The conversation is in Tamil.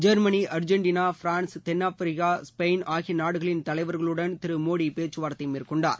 ஜெர்மனி அர்ஜென்டினா பிரான்ஸ் தென்னாப்பிரிக்கா ஸ்பெயின் ஆகிய நாடுகளின் தலைவர்களுடன் திரு மோடி பேச்சு வார்த்தை மேற்கொண்டார்